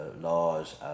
laws